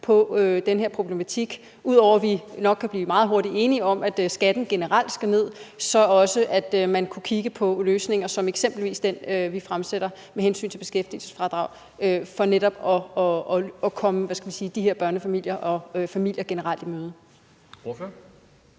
på den her problematik, og ud over at vi nok meget hurtigt kan blive enige om, at skatten generelt skal ned, så altså også, at man kunne kigge på løsninger som eksempelvis den, som vi foreslår, med hensyn til et beskæftigelsesfradrag for netop at komme de her børnefamilier og familier generelt i møde. Kl.